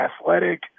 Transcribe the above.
athletic